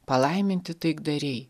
palaiminti taikdariai